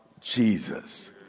Jesus